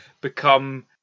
become